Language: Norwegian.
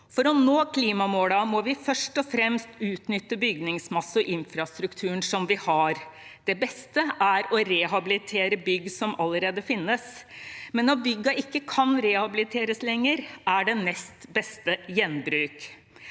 For å nå klimamålene må vi først og fremst utnytte bygningsmassen og infrastrukturen som vi har. Det beste er å rehabilitere bygg som allerede finnes, men når byggene ikke kan rehabiliteres lenger, er det nest beste gjenbruk.